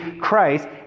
Christ